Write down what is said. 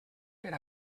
per